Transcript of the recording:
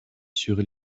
sur